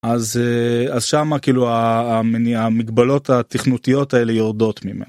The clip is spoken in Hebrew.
אז אז שמה כאילו המגבלות התכנותיות האלה יורדות ממנו.